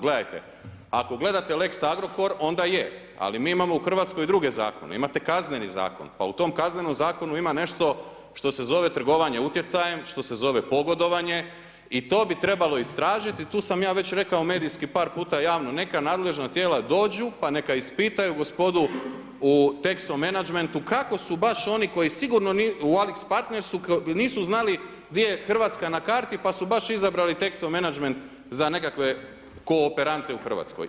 Gledajte, ako gledate lex Agrokor onda je, ali mi imamo u Hrvatskoj druge zakone, imate Kazneni zakon, pa u tom Kaznenom zakonu ima nešto što se zove trgovanje utjecajem, što se zove pogodovanje i to bi trebalo istražiti, tu sam ja već rekao medijski par puta javno, neka nadležna tijela dođu pa neka ispitaju gospodu u Texo Menagmentu kako su baš oni koji sigurno u AlixPartnersu, nisu znali gdje je Hrvatska na karti pa su baš izabrali Texo Menagment za nekakve kooperante u Hrvatskoj.